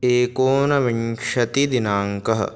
एकोनविंशतिदिनाङ्कः